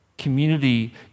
Community